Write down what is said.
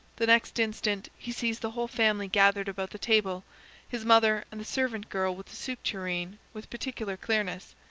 the next instant he sees the whole family gathered about the table his mother and the servant girl with the soup-tureen with particular clearness.